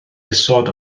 isod